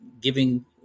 giving